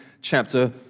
chapter